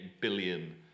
billion